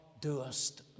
doest